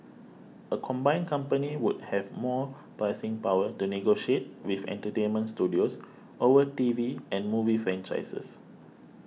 a combined company would have more pricing power to negotiate with entertainment studios over T V and movie franchises